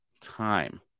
time